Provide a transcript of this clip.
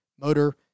Motor